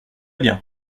bien